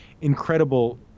incredible